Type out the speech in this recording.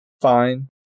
fine